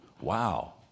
Wow